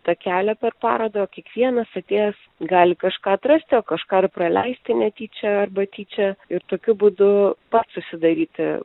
takelio per parodą o kiekvienas atėjęs gali kažką atrasti o kažką ir praleisti netyčia arba tyčia ir tokiu būdu pats susidaryti